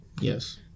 Yes